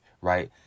right